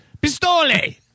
Pistole